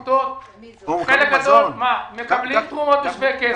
חלק גדול מקבלים תרומות בשווה כסף,